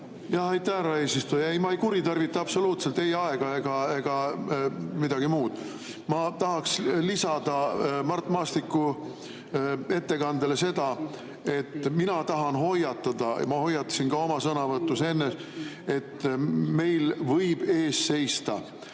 Aitäh, härra eesistuja! Ei, ma ei kuritarvita absoluutselt ei aega ega midagi muud. Ma tahaksin lisada Mart Maastiku ettekandele seda, et mina tahan hoiatada. Ma hoiatasin ka oma sõnavõtus enne, et meil võib ees seista